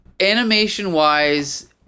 animation-wise